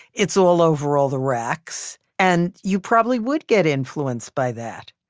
it's all over all the racks, and you probably would get influenced by that.